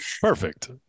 Perfect